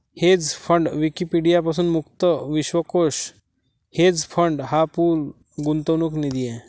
hedge fund Wikipedia पासून मुक्त विश्वकोश हेज फंड हा पूल गुंतवणूक निधी आहे